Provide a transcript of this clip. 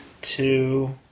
two